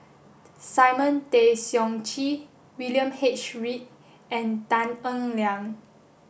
Simon Tay Seong Chee William H Read and Tan Eng Liang